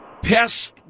pest